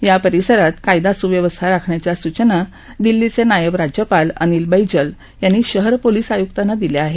या परिसरात कायदा सुव्यवस्था राखण्याच्या सूचना दिल्लीचे नायब राज्यपाल अनिल बैजल यांनी शहर पोलीस आयुक्तांना दिले आहेत